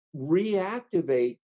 reactivate